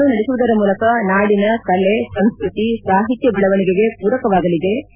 ಅದನ್ನು ನಡೆಸುವುದರ ಮೂಲಕ ನಾಡಿನ ಕಲೆ ಸಂಸ್ಕೃತಿ ಸಾಹಿತ್ಯ ಬೆಳವಣಿಗೆಗೆ ಪೂರಕವಾಗಲಿದೆ